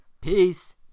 Peace